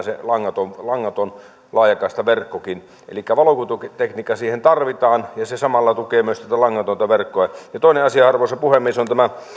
se langaton langaton laajakaistaverkkokin saadaan pelittämään elikkä valokuitutekniikka siihen tarvitaan ja se samalla tukee myös tätä langatonta verkkoa toinen asia arvoisa puhemies on tämä